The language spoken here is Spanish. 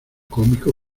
cómico